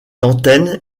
antennes